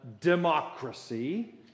democracy